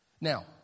Now